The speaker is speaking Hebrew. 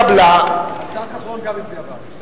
איתן כבל וגאלב מג'אדלה לסעיף 9(א)